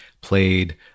played